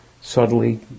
subtly